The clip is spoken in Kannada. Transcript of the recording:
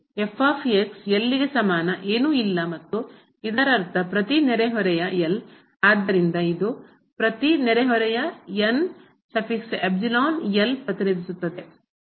L ಗೆ ಸಮಾನ ಏನೂ ಇಲ್ಲ ಮತ್ತು ಇದರರ್ಥ ಪ್ರತಿ ನೆರೆಹೊರೆಯ ಆದ್ದರಿಂದ ಇದು ಪ್ರತಿ ನೆರೆಹೊರೆಯ ಪ್ರತಿನಿಧಿಸುತ್ತದೆ